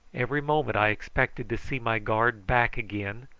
every moment i expected to see my guard back again,